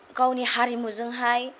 गावनि हारिमुजोंहाय